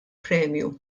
premju